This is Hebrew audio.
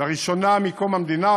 לראשונה מקום המדינה,